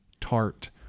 tart